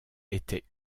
étaient